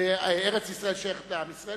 וארץ-ישראל שייכת לעם ישראל,